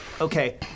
Okay